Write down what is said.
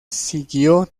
siguió